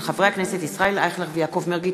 של חברי הכנסת ישראל אייכלר ויעקב מרגי.